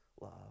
love